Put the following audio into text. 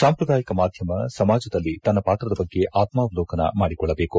ಸಾಂಪ್ರದಾಯಿಕ ಮಾಧ್ಯಮ ಸಮಾಜದಲ್ಲಿ ತನ್ನ ಪಾತ್ರದ ಬಗ್ಗೆ ಆತ್ಮವಲೋಕನ ಮಾಡಿಕೊಳ್ಳಬೇಕು